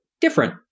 different